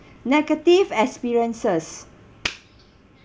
negative experiences